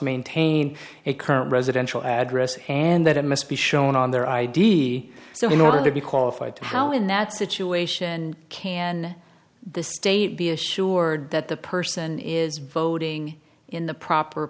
maintain a current residential address and that it must be shown on their id so in order to be qualified how in that situation can the state be assured that the person is voting in the proper